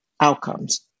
outcomes